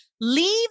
leave